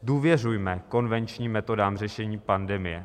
Důvěřujme konvenčním metodám řešení pandemie.